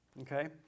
Okay